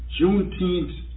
Juneteenth